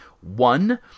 one